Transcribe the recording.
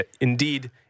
indeed